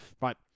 Right